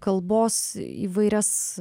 kalbos įvairias